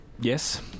yes